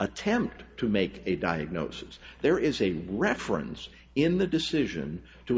attempt to make a diagnosis there is a reference in the decision to